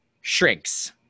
shrinks